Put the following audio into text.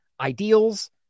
ideals